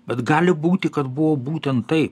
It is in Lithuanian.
bet gali būti kad buvo būtent tai